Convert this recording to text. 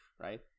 right